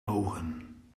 ogen